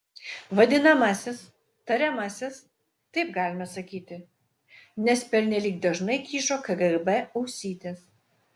vadinamasis tariamasis taip galime sakyti nes pernelyg dažnai kyšo kgb ausytės